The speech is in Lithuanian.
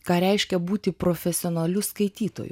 ką reiškia būti profesionaliu skaitytoju